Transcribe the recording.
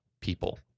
people